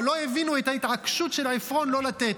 לא הבינו את ההתעקשות של עפרון לא לתת.